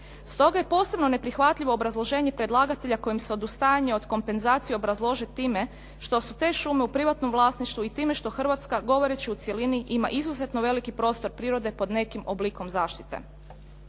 Stoga je posebno neprihvatljivo obrazloženje predlagatelja kojim se odustajanje od kompenzacije obrazlaže time što su te šume u privatnom vlasništvu i time što Hrvatska govoreći u cjelini ima izuzetno veliki prostor prirode pod nekim oblikom zaštite.